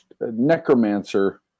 necromancer